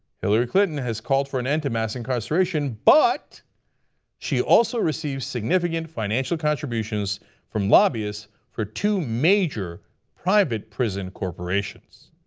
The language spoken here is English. hillary clinton has called for an end to mass incarceration, but she also received significant financial contributions from lobbyists for two major private prison corporations.